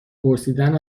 پرسیدن